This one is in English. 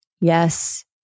Yes